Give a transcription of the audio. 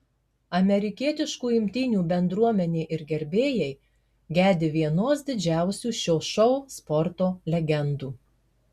amerikietiškų imtynių bendruomenė ir gerbėjai gedi vienos didžiausių šio šou sporto legendų